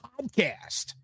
podcast